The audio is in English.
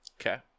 Okay